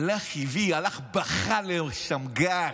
הלך ובכה לשמגר,